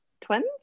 twins